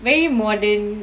very modern